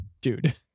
dude